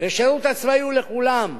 והשירות הצבאי לכולם,